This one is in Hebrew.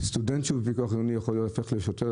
סטודנט בפיקוח עירוני יכול להיהפך לשוטר,